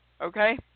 Okay